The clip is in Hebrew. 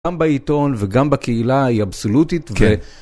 גם בעיתון וגם בקהילה היא אבסולוטית ו...